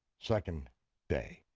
second day,